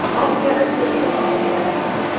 altogether he is a wonderful animal,